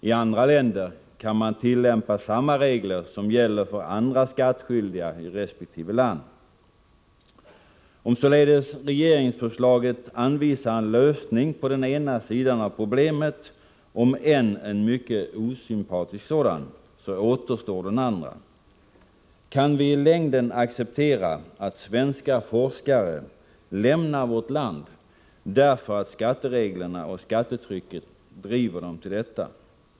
I andra länder kan man tillämpa samma regler som gäller för andra skattskyldiga i resp. land. Om således regeringsförslaget anvisar en lösning på den ena sidan av problemet — om än en mycket osympatisk sådan — så återstår den andra. Kan vi i längden acceptera att svenska forskare lämnar vårt land därför att skattereglerna och skattetrycket driver dem till detta?